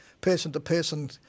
person-to-person